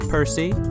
Percy